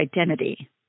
identity